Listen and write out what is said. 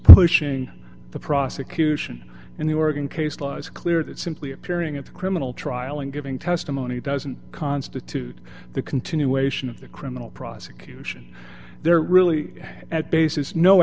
pushing the prosecution in the oregon case law is clear that simply appearing at a criminal trial and giving testimony doesn't constitute the continuation of the criminal prosecution there really at basis no